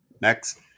next